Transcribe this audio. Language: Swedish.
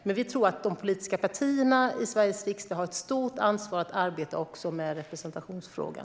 Men vi tror att de politiska partierna i Sveriges riksdag har ett stort ansvar att arbeta också med representationsfrågan.